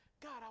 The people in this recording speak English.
God